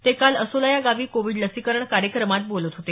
ते काल असोला या गावी कोविड लसीकरण कार्यक्रमात बोलत होते